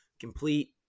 complete